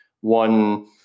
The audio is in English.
one